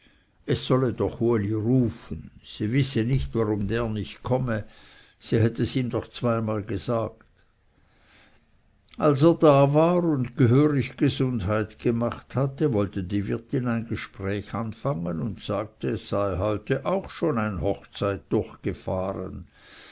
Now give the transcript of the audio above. es solle doch uli rufen sie wisse nicht warum der nicht komme sie hätte es ihm doch zweimal gesagt als er da war und gehörig gesundheit gemacht hatte wollte die wirtin ein gespräch anfangen und sagte es sei heute auch schon ein hochzeit durchgefahren